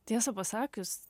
tiesą pasakius